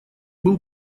был